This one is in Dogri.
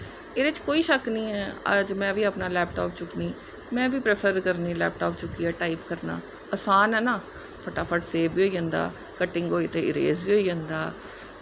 एह्दै च कोई शक्क निं ऐ अज्ज में बी अपना लैपटॉप चुक्कनी में बी प्रैफर करनी लैपटॉप चुकियै टाईप करना आसान ऐ ना फटाफट सेव बी होई जंदा कटिंग होई ते इरेज़ बी होई जंदा